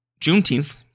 Juneteenth